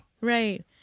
Right